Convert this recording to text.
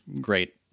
great